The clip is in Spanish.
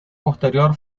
posterior